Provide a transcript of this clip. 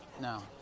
No